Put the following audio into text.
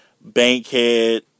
Bankhead